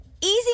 Easy